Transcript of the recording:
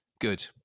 Good